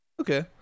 Okay